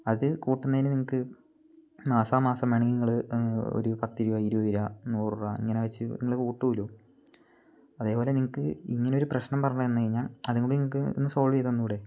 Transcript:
അത് കൂട്ടുന്നേന് നിങ്ങൾക്ക് മാസാ മാസം വേണെങ്കിൽ നിങ്ങൾ ഒരു പത്ത് രൂപ ഇരുപത് രൂപ നൂറ് രൂപ ഇങ്ങനെ വെച്ച് നിങ്ങൾ കൂട്ടൂല്ലോ അതേപോലെ നിങ്ങൾക്ക് ഇങ്ങനൊരു പ്രശ്നം പറഞ്ഞന്ന് കഴിഞ്ഞാൽ അതുംകൂടി നിങ്ങൾക്ക് ഒന്ന് സോൾവ് ചെയ്ത് തന്നൂടെ